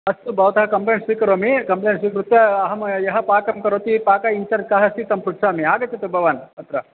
अस्तु भवतः कम्प्लेण्ट् स्वीकरोमि कम्प्लेण्ट् स्वीकृत्य अहं यः पाकं करोति पाकं इञ्चार्ज् कः अस्ति तं पृच्छामि आगच्छतु भवान् अत्र